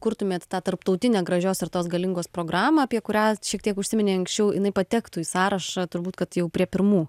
kurtumėt tą tarptautinę gražios ir tos galingos programą apie kurią šiek tiek užsiminei anksčiau jinai patektų į sąrašą turbūt kad jau prie pirmų